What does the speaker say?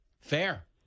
Fair